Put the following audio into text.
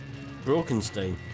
Brokenstein